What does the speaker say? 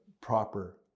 proper